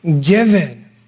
given